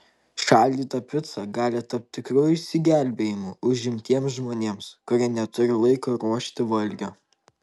šaldyta pica gali tapti tikru išsigelbėjimu užimtiems žmonėms kurie neturi laiko ruošti valgio